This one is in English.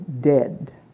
dead